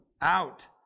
out